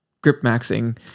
grip-maxing